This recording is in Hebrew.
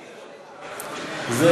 זה,